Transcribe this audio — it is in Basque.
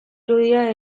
irudia